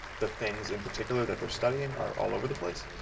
the things in particular that they're studying are all over the place.